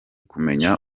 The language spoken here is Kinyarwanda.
kumenya